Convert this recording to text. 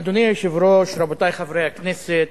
אדוני היושב-ראש, רבותי חברי הכנסת,